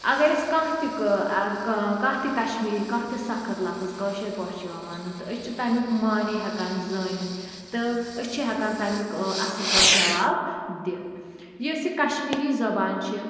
اگر اسہِ کانٛہہ تہِ کانٛہہ تہِ کَشمیٖری کانٛہہ تہِ سَخت لفظ کٲشِر پٲٹھۍ چھُ یِوان وَننہٕ تہٕ أسۍ چھِ تَمیٛک معنے ہیٚکان زٲنِتھ تہٕ أسۍ چھِ ہیٚکان تَمیٛک ٲں اصٕل پٲٹھۍ جواب دِتھ یۄس یہِ کَشمیٖری زبان چھِ